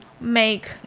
make